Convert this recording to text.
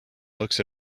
looks